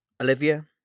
Olivia